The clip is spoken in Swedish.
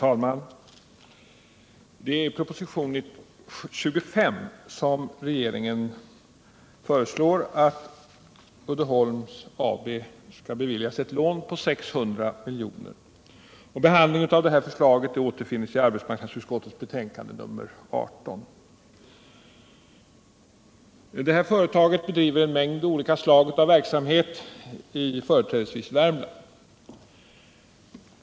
Herr talman! I propositionen 1977/78:25 föreslår regeringen att Uddeholms AB skall beviljas ett lån på 600 milj.kr. Förslaget behandlas i arbetsmarknadsutskottets betänkande nr 18. Detta företag bedriver en mängd olika slag av verksamhet i företrädesvis Värmland.